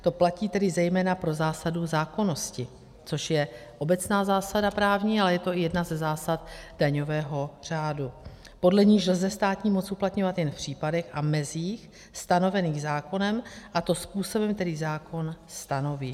To platí tedy zejména pro zásadu zákonnosti, což je obecná zásada právní, ale je to i jedna ze zásad daňového řádu, podle níž lze státní moc uplatňovat jen v případech a mezích stanovených zákonem, a to způsobem, který zákon stanoví.